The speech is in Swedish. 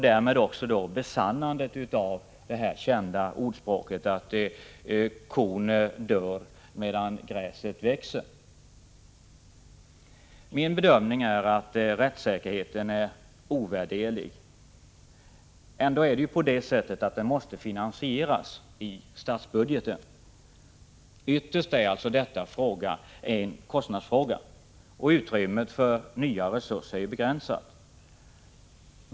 Därmed skulle också det kända ordspråket ”Medan gräset gror dör kon” besannas. Min bedömning är att rättssäkerheten är ovärderlig. Ändå måste den finansieras i statsbudgeten. Ytterst är detta alltså en kostnadsfråga, och utrymmet för nya resurser är begränsat.